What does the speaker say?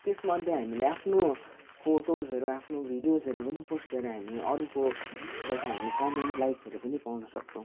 त्यसमध्ये हामीले आफ्नो फोटोजहरू आफ्नो भिडियोजहरू पनि पोस्ट गरेर हामीले अरूकोबाट हामीले कमेन्ट लाइकहरू पनि पाउनसक्छौँ